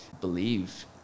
believe